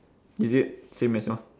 is it same as yours